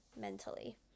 mentally